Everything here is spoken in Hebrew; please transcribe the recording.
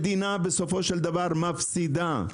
המדינה מפסידה בסופו של דבר.